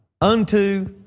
unto